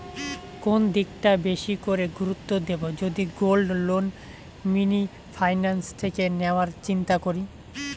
কোন দিকটা বেশি করে গুরুত্ব দেব যদি গোল্ড লোন মিনি ফাইন্যান্স থেকে নেওয়ার চিন্তা করি?